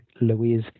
Louise